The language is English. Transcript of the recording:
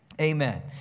Amen